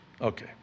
Okay